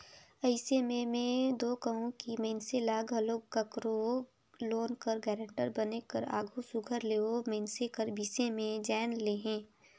अइसे में में दो कहूं कि मइनसे ल घलो काकरो लोन कर गारंटर बने कर आघु सुग्घर ले ओ मइनसे कर बिसे में जाएन लेहे